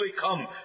come